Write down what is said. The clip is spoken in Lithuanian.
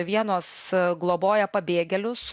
vienos globoja pabėgėlius